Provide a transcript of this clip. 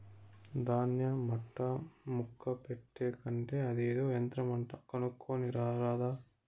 దాన్య మట్టా ముక్క పెట్టే కంటే అదేదో యంత్రమంట కొనుక్కోని రారాదా